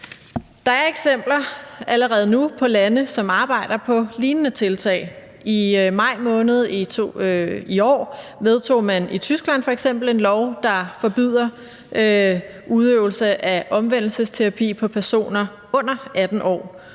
Der er eksempler allerede nu på lande, som arbejder på lignende tiltag. I maj måned i år vedtog man i Tyskland f.eks. en lov, der forbyder udøvelse af omvendelsesterapi på personer under 18 år,